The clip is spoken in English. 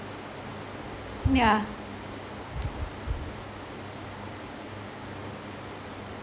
mm yeah